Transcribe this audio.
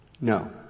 No